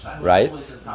right